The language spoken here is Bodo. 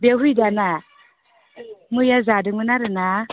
बेयावहाय दा ना मैया जादोंमोन आरो ना